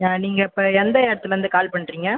ஆ நீங்கள் இப்போ எந்த இடத்துலேந்து கால் பண்ணுறீங்க